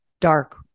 dark